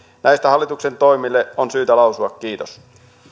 näistä hallituksen toimista on syytä lausua kiitos